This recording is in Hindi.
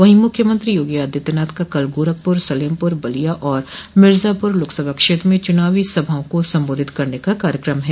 वहीं मुख्यमंत्री योगी आदित्यनाथ का कल गोरखपुर सलेमपुर बलिया एवं मिर्जापुर लोकसभा क्षेत्र में चनावी सभाओं को संबोधित करने का कार्यक्रम है